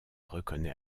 reconnait